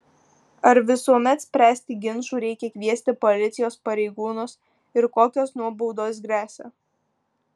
ar visuomet spręsti ginčų reikia kviesti policijos pareigūnus ir kokios nuobaudos gresia